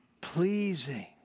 Pleasing